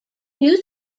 new